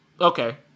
Okay